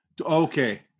Okay